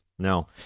No